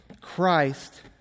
Christ